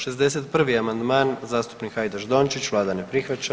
61. amandman zastupnik Hajdaš Dončić, Vlada ne prihvaća.